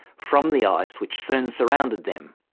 from the ice which soon surrounded them.